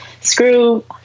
screw